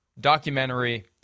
documentary